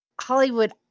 Hollywood